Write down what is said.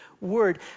word